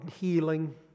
healing